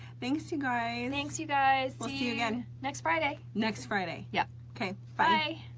thanks you guys. thanks you guys. see you again. next friday. next friday. yeah ok, bye.